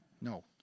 No